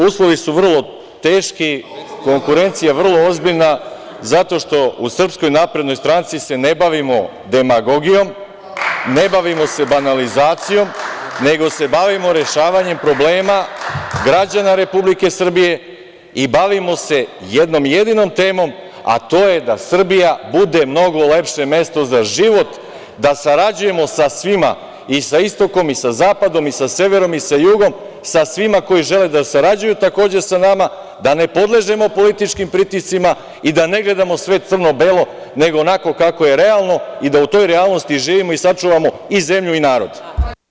Uslovi su vrlo teški, konkurencija vrlo ozbiljna zato što u SNS se ne bavimo demagogijom, ne bavimo se banalizacijom, nego se bavimo rešavanjem problema građana Republike Srbije i bavimo se jednom jedinom temom, a to je da Srbija mnogo lepše mesto za život, da sarađujemo sa svima, i sa istokom i sa zapadom i sa severom i sa jugom, sa svima koji žele da sarađuju takođe sa nama, da ne podležemo političkim pritiscima i da ne gledamo sve crno - belo, nego onako kako je realno i da u toj realnosti živimo i sačuvamo i zemlju i narod.